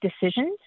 decisions